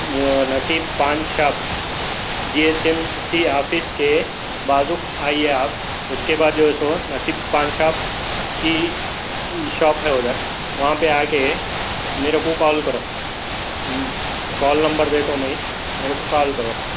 نصیب Paan shop G H M C office کے بازو آئیے آپ اس کے بعد جو ہے سو نصیب پان شاپ کی شاپ ہے ادھر وہاں پہ آ کے میرے کو کال کرو کال نمبر دیتا ہوں میں میرے کو کال کرو